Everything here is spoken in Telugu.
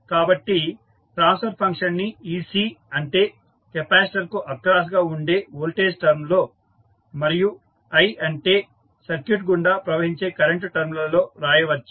కాబట్టి ట్రాన్స్ఫర్ ఫంక్షన్ ని ec అంటే కెపాసిటర్ కు అక్రాస్ గా ఉండే వోల్టేజ్ టర్మ్ లో మరియు i అంటే సర్క్యూట్ గుండా ప్రవహించే కరెంటు టర్మ్ లలో రాయవచ్చు